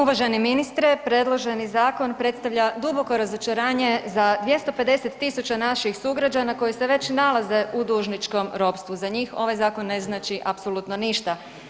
Uvaženi ministre predloženi zakon predstavlja duboko razočaranje za 250.000 naših sugrađana koji se već nalaze u dužničkom ropstvu, za njih ovaj zakon ne znači apsolutno ništa.